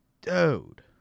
dude